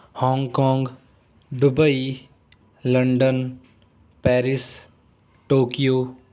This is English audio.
Hong Kong Dubai London Paris Tokyo